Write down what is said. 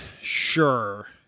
sure